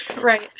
right